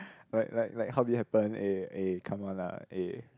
but like like how did it happened eh eh come on lah eh